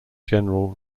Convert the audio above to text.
general